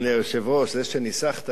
זה שניסחת "לא נוותר,